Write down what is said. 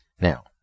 Now